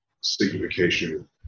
signification